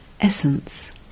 Essence